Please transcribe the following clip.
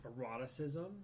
eroticism